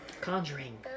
conjuring